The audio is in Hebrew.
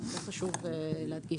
חשוב להדגיש.